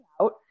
out